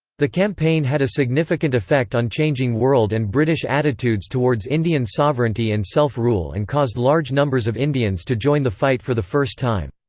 the campaign had a significant effect on changing world and british attitudes towards indian sovereignty and self-rule and caused large numbers of indians to join the fight for the first time.